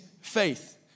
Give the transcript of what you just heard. faith